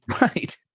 Right